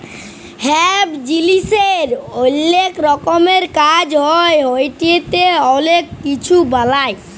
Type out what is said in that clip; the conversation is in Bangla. হেম্প জিলিসের অলেক রকমের কাজ হ্যয় ইটতে অলেক কিছু বালাই